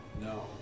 No